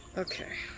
okay.